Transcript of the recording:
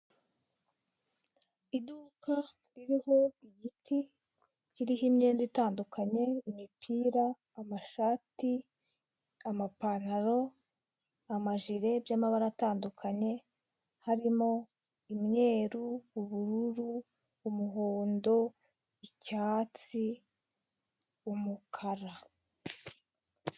Iduka ririho igiti kiriho imyenda itandukanye, imipira, amashati, amapantalo amajire y'amabara atandukanye, harimo imyeru, ubururu, umuhondo, icyatsi, umukara.